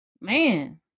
Man